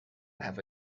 have